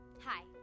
Hi